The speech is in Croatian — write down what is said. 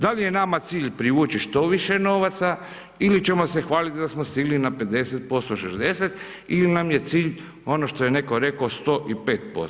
Da li je nama cilj privući što više novaca ili ćemo se hvaliti da smo stigli na 50%, 60 ili nam je cilj, ono što je netko rekao 105%